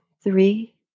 Three